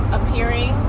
Appearing